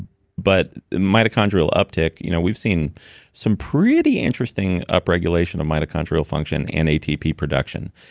but mitochondrial uptake, you know we've seen some pretty interesting up-regulation of mitochondrial function and atp production.